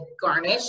garnish